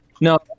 No